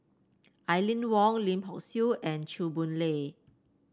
Aline Wong Lim Hock Siew and Chew Boon Lay